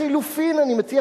לחלופין אני מציע,